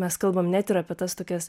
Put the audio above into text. mes kalbam net ir apie tas tokias